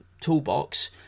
toolbox